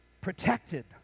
protected